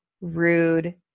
rude